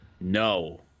no